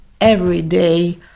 everyday